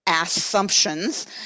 assumptions